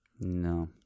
No